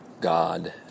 God